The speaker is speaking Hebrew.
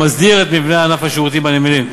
המסדיר את מבנה ענף השירותים בנמלים.